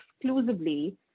exclusively